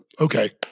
Okay